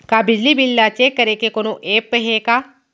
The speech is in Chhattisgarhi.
का बिजली बिल ल चेक करे के कोनो ऐप्प हे का?